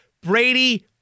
Brady